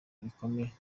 bikomeye